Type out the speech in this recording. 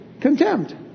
contempt